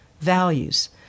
values